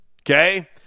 Okay